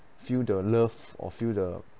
feel the love or feel the